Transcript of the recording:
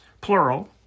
plural